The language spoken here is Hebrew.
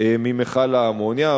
ממכל האמוניה.